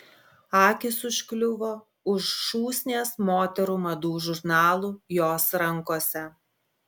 akys užkliuvo už šūsnies moterų madų žurnalų jos rankose